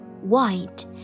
White